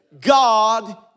God